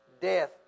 death